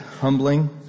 humbling